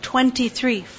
Twenty-three